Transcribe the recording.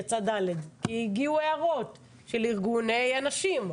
יצא ד' כי הגיעו הערות של ארגוני הנשים,